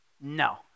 No